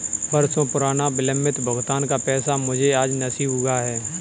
बरसों पुराना विलंबित भुगतान का पैसा मुझे आज नसीब हुआ है